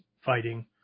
fighting